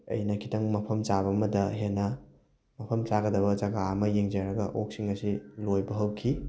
ꯑꯩꯅ ꯈꯤꯇꯪ ꯃꯐꯝ ꯆꯥꯕ ꯑꯃꯗ ꯍꯦꯟꯅ ꯃꯐꯝ ꯆꯥꯒꯗꯕ ꯖꯒꯥ ꯑꯃ ꯌꯦꯡꯖꯔꯒ ꯑꯣꯛꯁꯤꯡ ꯑꯁꯤ ꯂꯣꯏꯕ ꯍꯧꯈꯤ